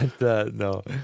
No